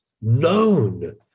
known